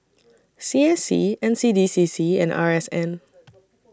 C S C N C D C C and R S N